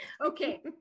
Okay